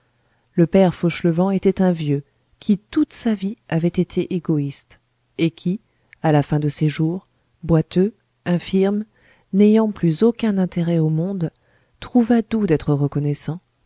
le père fauchelevent était un vieux qui toute sa vie avait été égoïste et qui à la fin de ses jours boiteux infirme n'ayant plus aucun intérêt au monde trouva doux d'être reconnaissant